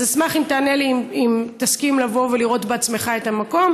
אז אשמח אם תענה לי אם תסכים לבוא ולראות בעצמך את המקום,